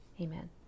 amen